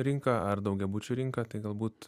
rinką ar daugiabučių rinką tai galbūt